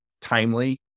timely